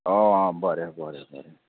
हय आ बरें बरें बरें